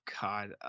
God